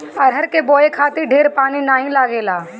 अरहर के बोए खातिर ढेर पानी नाइ लागेला